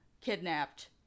kidnapped